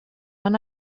van